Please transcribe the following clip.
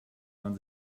man